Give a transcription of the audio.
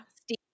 Steve